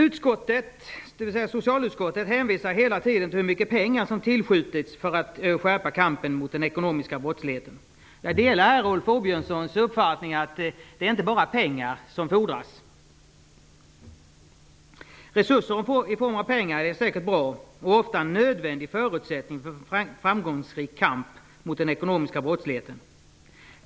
Utskottet hänvisar hela tiden till hur mycket pengar som tillskjutits för att skärpa kampen mot den ekonomiska brottsligheten. Jag delar Rolf Åbjörnssons uppfattning att det inte bara är pengar som fordras. Resurser i form av pengar är säkert bra och ofta en nödvändig förutsättning för en framgångsrik kamp mot den ekonomiska brottsligheten.